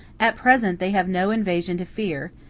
at present they have no invasion to fear,